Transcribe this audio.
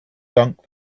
dunk